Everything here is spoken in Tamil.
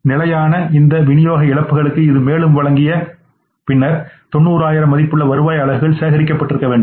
நிலையான இயல்பான விநியோக இழப்புகளுக்கு இது மேலும் வழங்கிய பின்னர் 90000 மதிப்புள்ள வருவாய் அலகுகள் சேகரிக்கப்பட்டிருக்க வேண்டும்